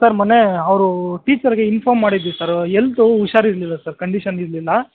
sir ಮೊನ್ನೆ ಅವರು ಟೀಚರ್ಗೆ ಇನ್ಫೋರ್ಮ್ ಮಾಡಿದ್ವಿ ಸರ್ ಹೆಲ್ತು ಹುಷಾರಿರಲಿಲ್ಲ ಸರ್ ಕಂಡೀಶನ್ ಇರಲಿಲ್ಲ